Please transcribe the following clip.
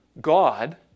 God